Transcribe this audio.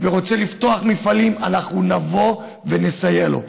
אנחנו נבוא ונסייע לו.